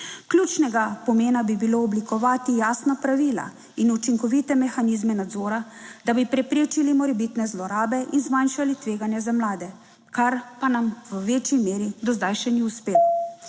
Ključnega pomena bi bilo oblikovati jasna pravila in učinkovite mehanizme nadzora, da bi preprečili morebitne zlorabe in zmanjšali tveganja za mlade, kar pa nam v večji meri do zdaj še ni uspelo.